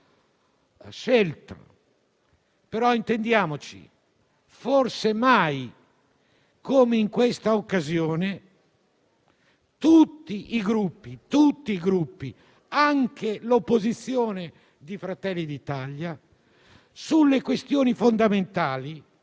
che - intendiamoci - forse mai come in questa occasione tutti i Gruppi, anche l'opposizione di Fratelli d'Italia, sulle questioni fondamentali